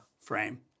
frame